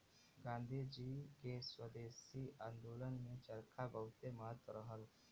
गांधी जी के स्वदेशी आन्दोलन में चरखा बहुते महत्व रहल